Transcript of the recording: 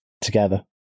together